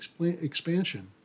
expansion